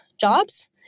jobs